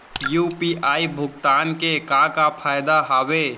UPI भुगतान के का का फायदा हावे?